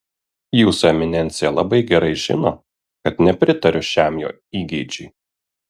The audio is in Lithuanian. jūsų eminencija labai gerai žino kad nepritariu šiam jo įgeidžiui